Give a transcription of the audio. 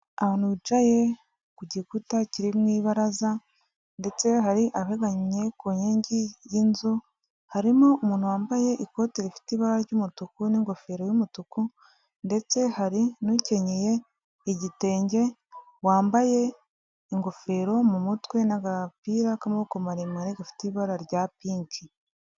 Abantu bicaye ku gikuta kiri mu ibaraza ndetse hari abegamye ku nkingi y'inzu, harimo umuntu wambaye ikote rifite ibara ry'umutuku n'ingofero y'umutuku ndetse hari n'ukenyeye igitenge, wambaye ingofero mu mutwe n'agapira k'amaboko maremare gafite ibara rya pinki.